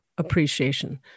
Appreciation